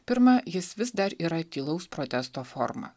pirma jis vis dar yra tylaus protesto forma